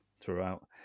throughout